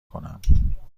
کنم